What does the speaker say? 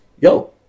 yo